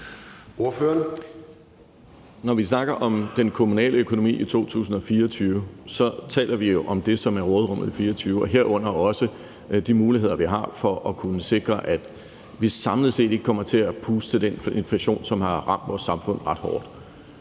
Når vi snakker om den kommunale økonomi i 2024, taler vi jo om det, som er råderummet i 2024, og herunder også de muligheder, vi har for at kunne sikre, at vi samlet set ikke kommer til at puste til den inflation, som har ramt vores samfund ret hårdt.